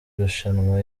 irushanwa